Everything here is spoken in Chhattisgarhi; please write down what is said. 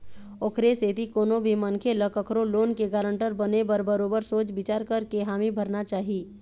ओखरे सेती कोनो भी मनखे ल कखरो लोन के गारंटर बने बर बरोबर सोच बिचार करके हामी भरना चाही